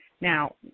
Now